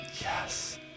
Yes